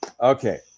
Okay